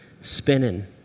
spinning